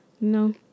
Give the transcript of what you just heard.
No